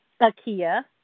Akia